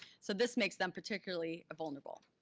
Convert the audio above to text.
so this makes them particularly vulnerable.